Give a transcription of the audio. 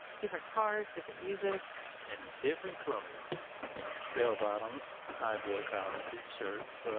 different cars. different music and different clothes bell bottoms. high boy collared t-shirts.